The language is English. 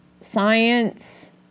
science